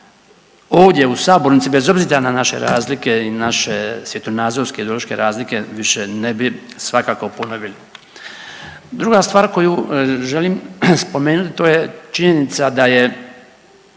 ovdje u sabornici bez obzira na naše razlike i naše svjetonazorske, ideološke razlike više ne bih svakako ponovili. Druga stvar koju želim spomenuti to je činjenica da je